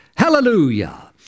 Hallelujah